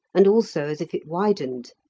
and also as if it widened.